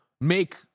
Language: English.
make